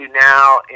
now